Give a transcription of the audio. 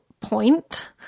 point